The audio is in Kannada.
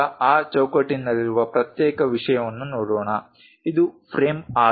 ಈಗ ಆ ಚೌಕಟ್ಟಿನಲ್ಲಿರುವ ಪ್ರತ್ಯೇಕ ವಿಷಯವನ್ನು ನೋಡೋಣ ಇದು ಫ್ರೇಮ್ ಆಗಿದೆ